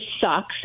sucks